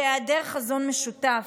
בהיעדר חזון משותף,